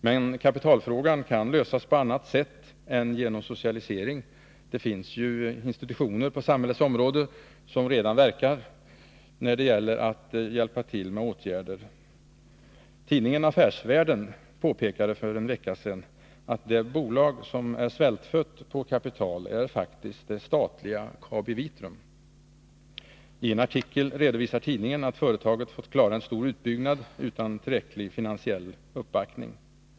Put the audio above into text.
Men kapitalfrågan kan lösas på annat sätt än genom socialisering. Det finns ju redan institutioner på samhällets område som kan hjälpa till med åtgärder på den punkten. Tidningen Affärsvärlden påpekade för en vecka sedan att ett bolag som är svältfött på kapital faktiskt är det statliga KabiVitrum. I en artikel redovisar tidningen att företaget har fått klara en stor utbyggnad utan tillräcklig finansiell uppbackning.